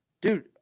dude